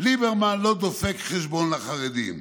"ליברמן לא דופק חשבון לחרדים".